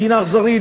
מדינה אכזרית,